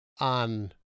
On